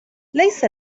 ليس